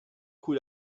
cui